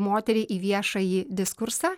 moteriai į viešąjį diskursą